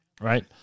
Right